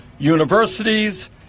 universities